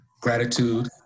gratitude